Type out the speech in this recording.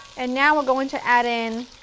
and now we're going to add in